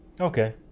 Okay